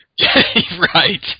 Right